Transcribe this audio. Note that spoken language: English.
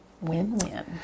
Win-win